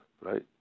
right